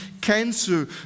cancer